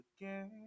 again